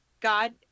God